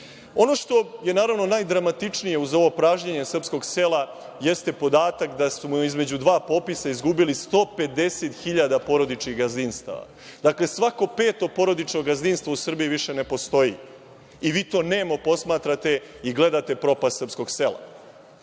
Ono što je naravno najdramatičnije, uz ovo pražnjenje srpskog sela, jeste podatak da smo između dva popisa izgubili 150.000 porodičnih gazdinstava. Dakle, svako peto porodično gazdinstvo u Srbiji više ne postoji, i vi to nemo posmatrate i gledate propast srpskog